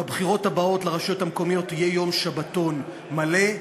בבחירות הבאות לרשויות המקומיות יהיה יום שבתון מלא,